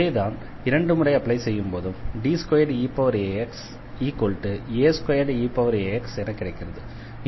இதேதான் இரண்டு முறை அப்ளை செய்யும்போதும் D2eaxa2eax என கிடைக்கிறது